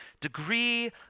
degree